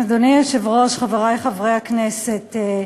אדוני היושב-ראש, חברי חברי הכנסת,